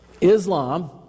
Islam